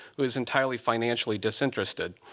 who is entirely financially disinterested.